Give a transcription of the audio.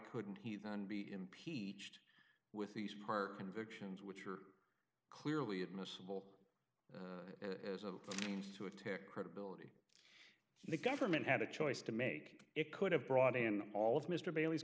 couldn't he then be impeached with these part convictions which are clearly admissible as a means to attack credibility the government had a choice to make it could have brought in all of mr bailey's